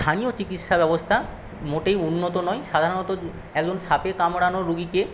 স্থানীয় চিকিৎসা ব্যবস্থা মোটেই উন্নত নয় সাধারণত একজন সাপে কামড়ানো রুগীকে